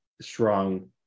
strong